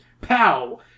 Pow